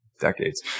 decades